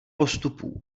postupů